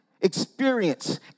experience